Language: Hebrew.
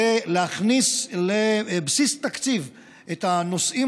זה להכניס לבסיס התקציב את הנושאים